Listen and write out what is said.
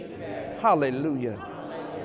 Hallelujah